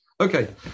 Okay